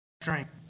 strength